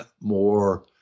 more